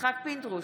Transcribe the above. יצחק פינדרוס,